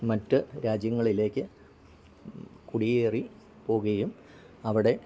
മറ്റു രാജ്യങ്ങളിലേക്കു കുടിയേറിപ്പോവുകയും അവിടെ